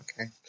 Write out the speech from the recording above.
okay